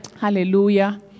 Hallelujah